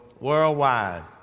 worldwide